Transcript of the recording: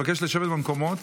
אני מבקש לשבת במקומות.